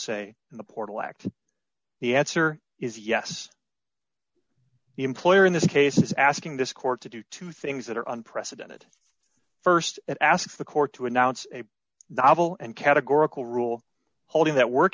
say in the portal act the answer is yes the employer in this case is asking this court to do two things that are unprecedented st it asks the court to announce a novel and categorical rule holding that work